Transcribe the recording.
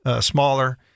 smaller